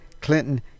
Clinton